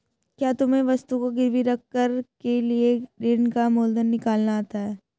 क्या तुम्हें वस्तु को गिरवी रख कर लिए गए ऋण का मूलधन निकालना आता है?